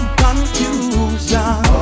confusion